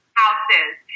houses